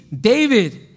David